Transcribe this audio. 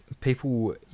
People